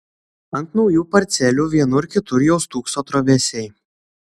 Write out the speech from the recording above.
ant naujų parcelių vienur kitur jau stūkso trobesiai